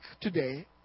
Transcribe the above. today